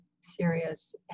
serious